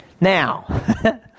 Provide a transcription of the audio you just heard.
Now